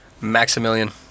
Maximilian